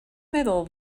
meddwl